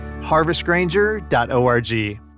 HarvestGranger.org